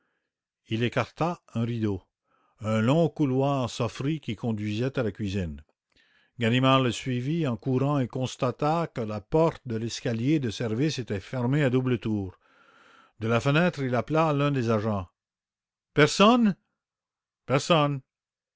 il écarta un rideau un long couloir s'offrit qui conduisait à la cuisine là ganimard constata que la porte de l'escalier de service était fermée à double tour de la fenêtre il appela l'un de ses agents personne personne